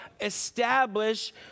establish